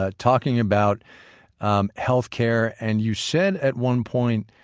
ah talking about um health care. and you said at one point,